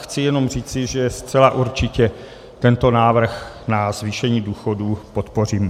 Chci jen říci, že zcela určitě tento návrh na zvýšení důchodů podpořím.